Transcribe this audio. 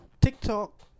TikTok